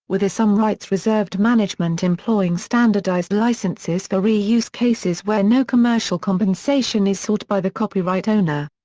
with a some rights reserved management employing standardized licenses for re-use cases where no commercial compensation is sought by the copyright owner.